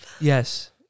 Yes